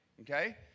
okay